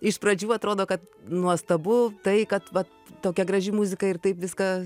iš pradžių atrodo kad nuostabu tai kad vat tokia graži muzika ir taip viską